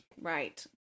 Right